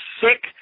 sick